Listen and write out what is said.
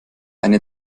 eine